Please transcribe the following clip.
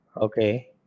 Okay